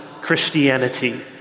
Christianity